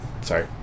sorry